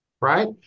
right